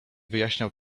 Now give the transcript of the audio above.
wyjaśniał